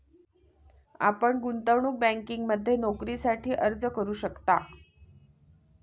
आपण गुंतवणूक बँकिंगमध्ये नोकरीसाठी अर्ज करू शकता